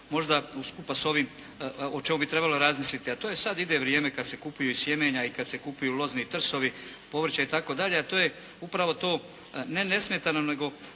možda skupa s ovim, o čemu bi trebalo razmisliti, a to je sad ide vrijeme kad se kupuju sjemenja i kad se kupuju lozni trsovi, povrće itd., a to je upravo to ne nesmetano nego